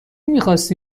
میخواستی